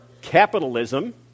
capitalism